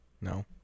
no